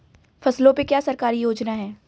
फसलों पे क्या सरकारी योजना है?